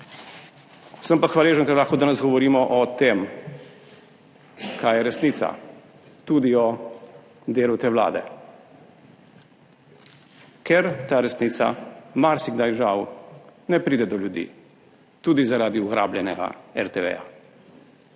Sem pa hvaležen, ker lahko danes govorimo o tem, kaj je resnica, tudi o delu te vlade, ker ta resnica marsikdaj žal ne pride do ljudi, tudi zaradi ugrabljenega RTV,